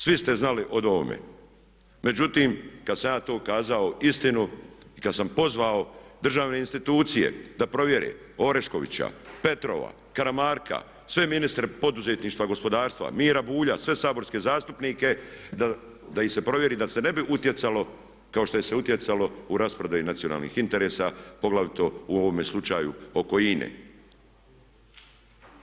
Svi ste znali o ovome, međutim kad sam ja to kazao istinu i kad sam pozvao državne institucije da provjere Oreškovićeva, Petrova, Karamarka, sve ministre poduzetništva, gospodarstva, Miru Bulja, sve saborske zastupnike da ih se provjeri da se ne bi utjecalo kao što se je utjecalo u rasprodaji nacionalnih interesa poglavito u ovome slučaju oko INA-e.